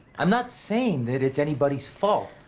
i'm not saying that it's anybody's fault.